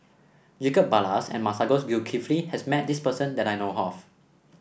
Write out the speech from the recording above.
Jacob Ballas and Masagos Zulkifli has met this person that I know of